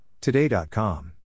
Today.com